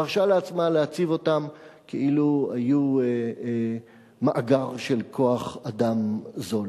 מרשה לעצמה להציב אותם כאילו היו מאגר של כוח-אדם זול.